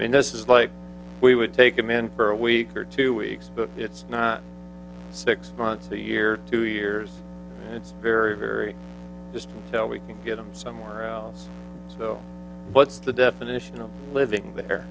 i mean this is like we would take them in for a week or two weeks but it's not six months the year two years it's very very just so we can get them somewhere around so what's the definition of living there